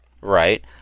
Right